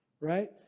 right